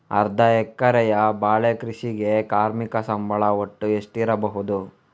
ಅರ್ಧ ಎಕರೆಯ ಬಾಳೆ ಕೃಷಿಗೆ ಕಾರ್ಮಿಕ ಸಂಬಳ ಒಟ್ಟು ಎಷ್ಟಿರಬಹುದು?